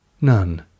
None